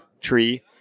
tree